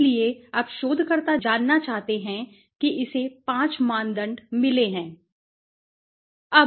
इसलिए अब शोधकर्ता जानना चाहते हैं कि इसे 5 मानदंड मिले हैं